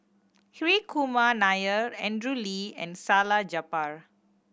Hri Kumar Nair Andrew Lee and Salleh Japar